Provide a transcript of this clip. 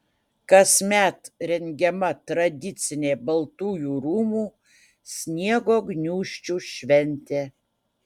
kasmet rengiama tradicinė baltųjų rūmų sniego gniūžčių šventė